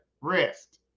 rest